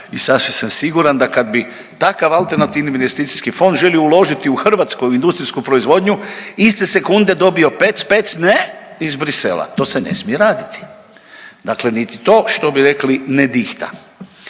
i sasvim sam siguran da kad bi takav alternativni investicijski fond želio uložiti u hrvatsku industrijsku proizvodnju, iste sekunde dobio pec-pec, ne iz Bruxellesa, to se ne smije raditi, dakle niti to što bi rekli ne dihta.